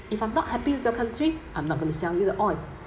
if I'm not happy with your country I'm not going to sell you the oil